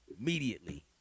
Immediately